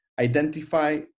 identify